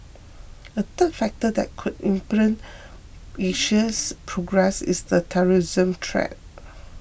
a third factor that could impede Asia's progress is the terrorism threat